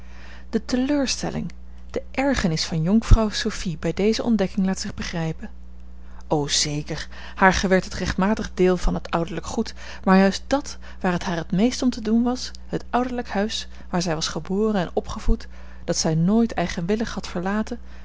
de teleurstelling de ergernis van jonkvrouw sophie bij deze ontdekking laat zich begrijpen o zeker haar gewerd het rechtmatige deel van het ouderlijk goed maar juist dàt waar het haar het meest om te doen was het ouderlijk huis waar zij was geboren en opgevoed dat zij nooit eigenwillig had verlaten